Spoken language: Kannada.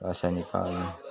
ರಾಸಾಯನಿಕ